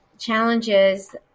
Challenges